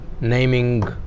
Naming